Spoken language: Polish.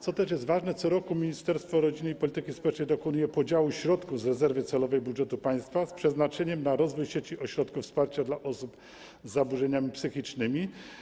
Co też jest ważne, Ministerstwo Rodziny i Polityki Społecznej co roku dokonuje podziału środków z rezerwy celowej budżetu państwa z przeznaczeniem na rozwój sieci ośrodków wsparcia dla osób z zaburzeniami psychicznymi.